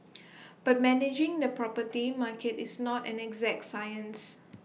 but managing the property market is not an exact science